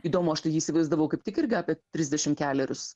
įdomu aš tai jį įsivaizdavau kaip tik irgi apie trisdešimt kelerius